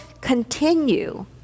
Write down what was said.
continue